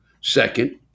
Second